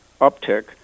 uptick